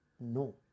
No